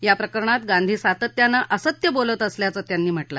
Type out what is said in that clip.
या प्रकरणात गांधी सातत्यानं असत्य बोलत असल्याचं त्यांनी म्हा मिं